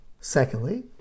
Secondly